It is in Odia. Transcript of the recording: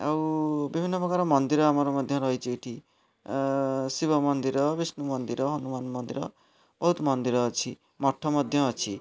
ଆଉ ବିଭିନ୍ନ ପ୍ରକାର ମନ୍ଦିର ଆମର ମଧ୍ୟ ରହିଛି ଏଠି ଶିବ ମନ୍ଦିର ବିଷ୍ଣୁ ମନ୍ଦିର ହନୁମାନ ମନ୍ଦିର ବହୁତ୍ ମନ୍ଦିର ଅଛି ମଠ ମଧ୍ୟ ଅଛି